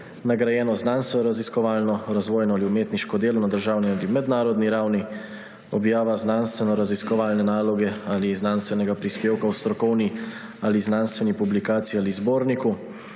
nagrajeno znanstvenoraziskovalno, razvojno ali umetniško delo na državni ali mednarodni ravni, objava znanstvenoraziskovalne naloge ali znanstvenega prispevka v strokovni ali znanstveni publikaciji ali zborniku,